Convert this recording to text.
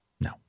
No